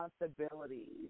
responsibilities